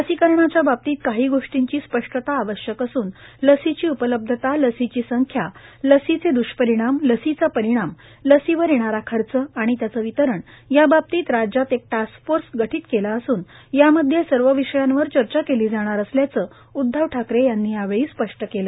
लसीकरणाच्या बाबतीत काही गोष्टींची स्पष्टता आवश्यक असून लसीची उपलब्धता लसीची संख्या लसीचे दुष्परिणाम लसीचा परिणाम लसीवरील येणारा खर्च आणि त्याचे वितरण याबाबतीत राज्यात एक टास्क फोर्स गठीत केला असून त्यामध्ये या सर्व विषयांवर चर्चा केली जाणार असल्याच उद्धव ठाकरे यांनी यावेळी स्पष्ट केल